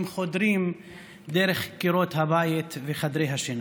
חודרים דרך קירות הבית וחדרי השינה?